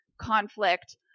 conflict